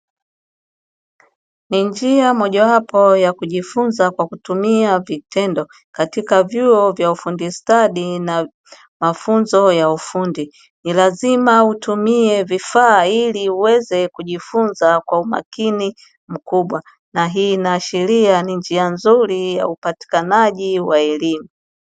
Ni njia mojawapo ya kujifunza kwa kutumia vitendo katika vyuo vya ufundi stadi na mafunzo ya ufundi, ni lazima utumie vifaa ili uweze kujifunza kwa umakini mkubwa na hii inaashiria ni njia nzuri ya upatikanaji wa elimu.